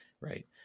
right